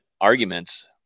arguments